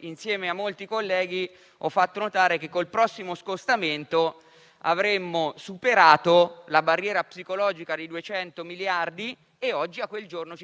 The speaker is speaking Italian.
insieme a molti colleghi ho fatto notare che col prossimo scostamento avremmo superato la barriera psicologica dei 200 miliardi; oggi è arrivato quel giorno.